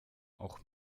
auch